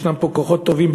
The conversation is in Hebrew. יש פה כוחות טובים,